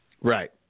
right